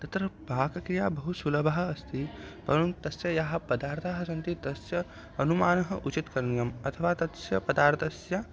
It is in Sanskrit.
तत्र पाकक्रिया बहु सुलभा अस्ति परन्तु तस्य ये पदार्थाः सन्ति तस्य अनुमानः उचित् करणीयम् अथवा तस्य पदार्थस्य